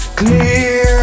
clear